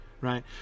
Right